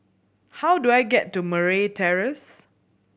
how do I get to Murray Terrace